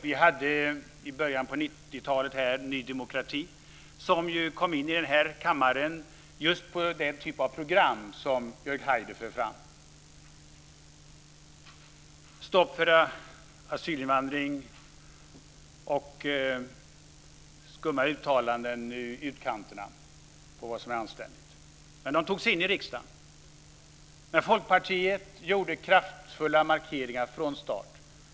Vi hade i början på 90-talet Ny demokrati som kom in i riksdagen på just den typ av program som Jörg Haider för fram: stopp för asylinvandring, och skumma uttalanden i utkanterna på vad som är anständigt. Folkpartiet gjorde kraftfulla markeringar från start.